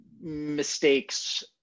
mistakes